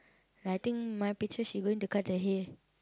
I think my picture she going to cut the hay